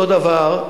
אותו דבר,